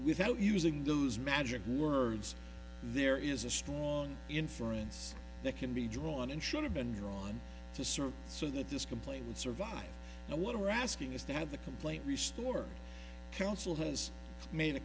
without using those magic words there is a strong inference that can be drawn in should have been drawn to search so that this complaint would survive and what we're asking is to have the complaint restored council has made a